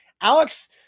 Alex